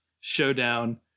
showdown